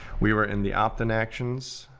we were in the opt-in actions,